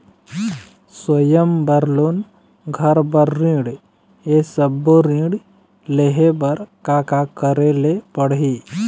स्वयं बर लोन, घर बर ऋण, ये सब्बो ऋण लहे बर का का करे ले पड़ही?